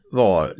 var